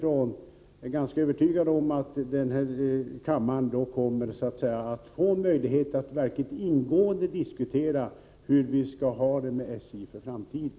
Jag är ganska övertygad om att kammaren då kommer att få möjlighet att verkligt ingående diskutera hur vi skall ha det med SJ för framtiden.